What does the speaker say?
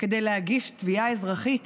להגיש תביעה אזרחית